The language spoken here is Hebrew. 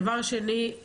דבר שני,